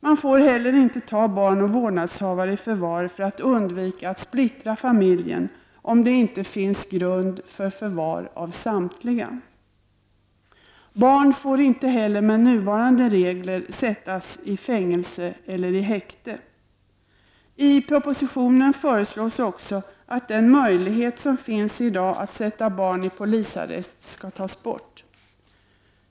Man får inte heller ta barn och vårdnadshavare i förvar för att undvika att splittra familjen, om det inte finns grund för förvar av samtliga. Barn får inte heller med nuvarande regler sättas i fängelse eller i häkte. I propositionen föreslås också att den möjlighet som finns i dag att sätta barn i polisarrest skall tas bort.